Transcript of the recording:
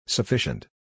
Sufficient